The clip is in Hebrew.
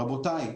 רבותיי,